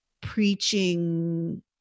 preaching